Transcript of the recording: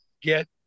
get